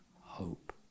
hope